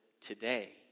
today